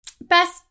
Best